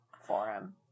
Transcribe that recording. forum